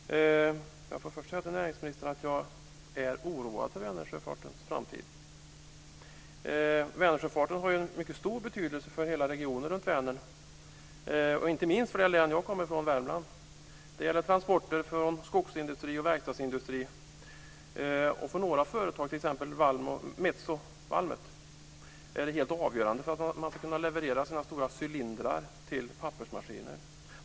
Herr talman! Jag vill först säga till näringsministern att jag är oroad för Vänersjöfartens framtid. Vänersjöfarten har en mycket stor betydelse för hela regionen runt Vänern, inte minst för det län jag kommer från, Värmland. Det gäller transporter från skogsindustri och verkstadsindustri. För några företag, t.ex. Metso Valmet, är det helt avgörande för att man ska kunna leverera sina stora cylindrar till pappersmaskiner.